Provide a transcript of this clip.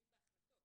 שינויים בהחלטות.